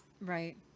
Right